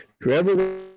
whoever